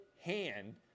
hand